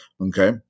Okay